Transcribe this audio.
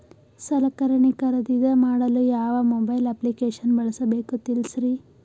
ಸಲಕರಣೆ ಖರದಿದ ಮಾಡಲು ಯಾವ ಮೊಬೈಲ್ ಅಪ್ಲಿಕೇಶನ್ ಬಳಸಬೇಕ ತಿಲ್ಸರಿ?